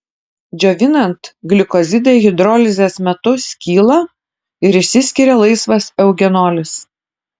džiovinant glikozidai hidrolizės metu skyla ir išsiskiria laisvas eugenolis